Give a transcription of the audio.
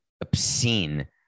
obscene